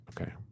Okay